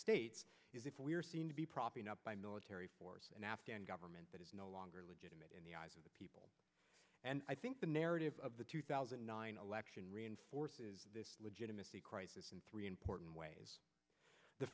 states is if we are seen to be propping up by military force an afghan government that is no longer legitimate in the eyes of the people and i think the narrative of the two thousand and nine elections reinforces this legitimacy crisis in three important ways the